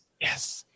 Yes